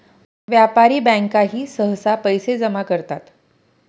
व्यापारी बँकाही सहसा पैसे जमा करतात